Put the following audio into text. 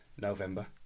November